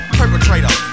perpetrator